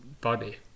body